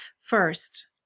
First